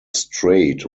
strait